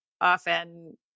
often